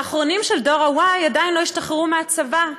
האחרונים של דור ה-y עדיין לא השתחררו מהצבא,